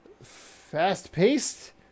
Fast-paced